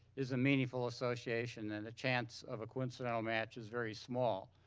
is a meaningful association and a chance of a coincidental match is very small.